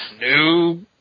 new